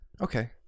Okay